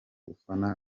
ufana